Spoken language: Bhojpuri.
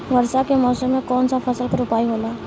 वर्षा के मौसम में कौन सा फसल के रोपाई होला?